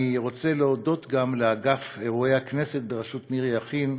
אני רוצה להודות גם לאגף האירועים הכנסת בראשות מירי יכין,